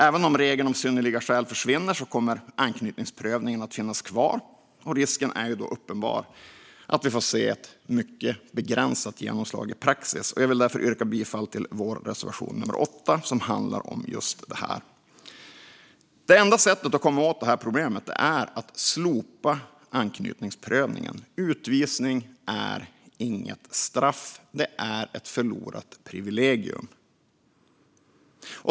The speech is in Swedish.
Även om regeln om synnerliga skäl försvinner kommer anknytningsprövningen att finnas kvar. Risken är därmed uppenbar att vi får se ett mycket begränsat genomslag i praxis. Jag vill därför yrka bifall till vår reservation 8, som handlar om just detta. Det enda sättet att komma åt det här problemet är att slopa anknytningsprövningen. Utvisning är inget straff. Det är ett förlorat privilegium.